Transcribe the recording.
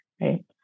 Right